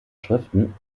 schriften